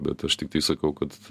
bet aš tiktai sakau kad